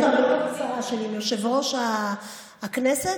המאוד-קצרה שלי עם יושב-ראש הישיבה,